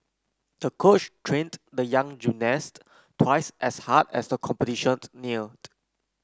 the coach trained the young gymnast twice as hard as the competition neared